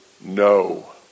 no